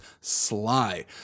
sly